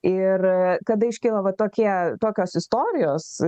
ir kada iškyla va tokie tokios istorijos